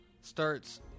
Starts